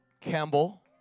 Campbell